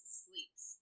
sleeps